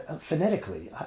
phonetically